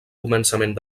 començament